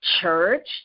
church